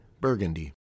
Burgundy